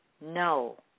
no